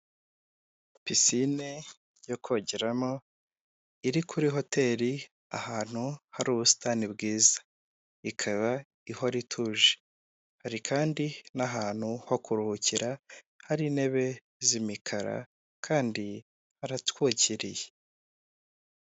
Pisine yo kogeramo iri kuri hoteli ahantu hari ubusitani bwiza, ikaba ihora ituje hari kandi n'ahantu ho kuruhukira hari intebe z'imikara kandi haratwikiriye.